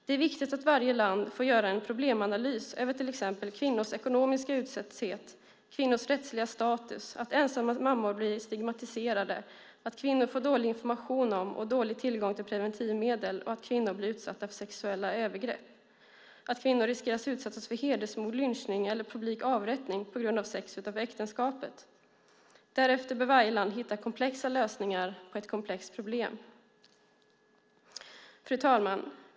Det är viktigt att varje land får göra en problemanalys över till exempel kvinnors ekonomiska utsatthet, kvinnors rättsliga status, att ensamstående mammor blir stigmatiserade, att kvinnor får dålig information om och dålig tillgång till preventivmedel, att kvinnor blir utsatta för sexuella övergrepp, och att kvinnor riskerar att utsättas för hedersmord, lynchning eller publik avrättning på grund av sex utanför äktenskapet. Därefter bör varje land hitta komplexa lösningar på ett komplext problem. Fru talman!